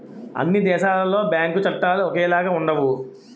అన్ని దేశాలలో బ్యాంకు చట్టాలు ఒకేలాగా ఉండవు